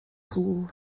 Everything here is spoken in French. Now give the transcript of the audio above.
rue